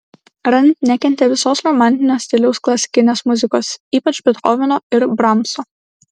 rand nekentė visos romantinio stiliaus klasikinės muzikos ypač bethoveno ir bramso